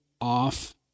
off